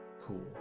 cool